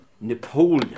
Napoleon